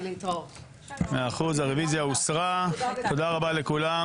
תודה רבה,